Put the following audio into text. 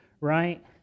Right